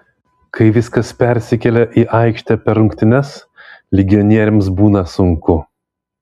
kai viskas persikelia į aikštę per rungtynes legionieriams būna sunku